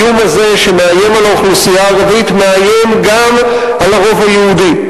האיום הזה שמאיים על האוכלוסייה הערבית מאיים גם על הרוב היהודי.